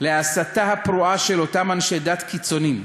להסתה הפרועה של אותם אנשי דת קיצונים,